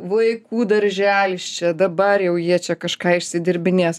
vaikų darželis čia dabar jau jie čia kažką išsidirbinės